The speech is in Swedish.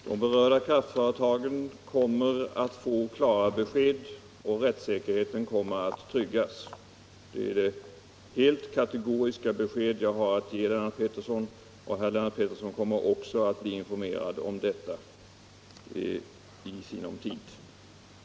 Herr talman! De berörda kraftföretagen kommer att få klara besked och rättssäkerheten kommer att tryggas. Det är det helt kategoriska be sked jag har att ge Lennart Pettersson, och Lennart Pettersson kommer också att bli informerad härvidlag i sinom tid.